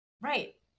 Right